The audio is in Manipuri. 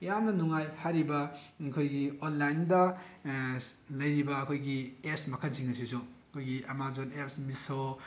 ꯌꯥꯝꯅ ꯅꯨꯡꯉꯥꯏ ꯍꯥꯏꯔꯤꯕ ꯃꯈꯣꯏꯒꯤ ꯑꯣꯟꯂꯥꯏꯟꯗ ꯂꯩꯔꯤꯕ ꯑꯩꯈꯣꯏꯒꯤ ꯑꯦꯞꯁ ꯃꯈꯜꯁꯤꯡ ꯑꯁꯤꯁꯨ ꯑꯩꯈꯣꯏꯒꯤ ꯑꯥꯃꯥꯖꯣꯟ ꯑꯦꯞꯁ ꯃꯤꯁꯣ